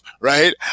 right